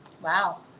Wow